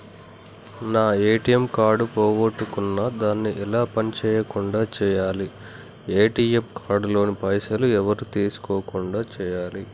నా ATM card పోగొట్టుకున్నా దాన్ని ఎలా పని చేయకుండా చేయాలి ఏ.టి.ఎమ్ కార్డు లోని పైసలు ఎవరు తీసుకోకుండా చేయాలి?